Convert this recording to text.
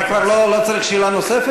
חבר הכנסת גטאס, אתה כבר לא צריך שאלה נוספת?